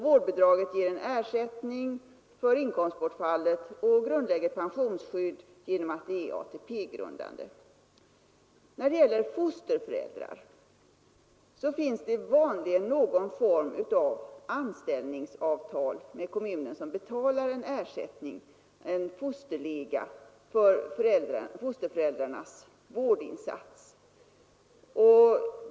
Vårdbidraget ger ersättning för inkomstbortfallet och grundlägger pensionsskydd genom att det är ATP-grundande. Fosterföräldrar har vanligen någon form av anställningsavtal med kommunen, som betalar en ersättning — fosterlega — för fosterföräldrarnas vårdinsats.